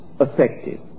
effective